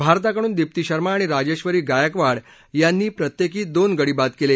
भारताकडून दीप्ती शर्मा आणि राजेश्वरी गायकवाड यांनी प्रत्येकी दोन गडी बाद केले